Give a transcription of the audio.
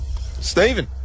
Stephen